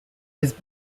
his